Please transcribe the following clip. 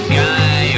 guy